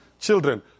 children